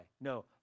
No